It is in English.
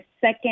second